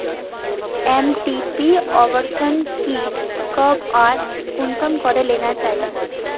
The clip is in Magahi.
एम.टी.पी अबोर्शन कीट कब आर कुंसम करे लेना चही?